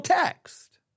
text